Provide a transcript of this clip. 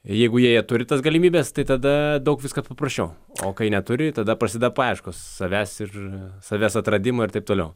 jeigu jie turi tas galimybes tai tada daug viskas paprasčiau o kai neturi tada prasideda paieškos savęs ir savęs atradimo ir taip toliau